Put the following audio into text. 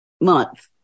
month